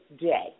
day